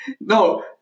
no